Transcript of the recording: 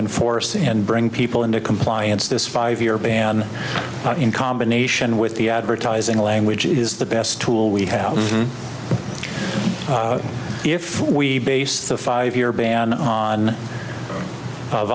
enforce and bring people into compliance this five year ban in combination with the advertising language is the best tool we have if we base the five year ban on